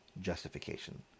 justification